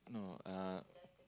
no uh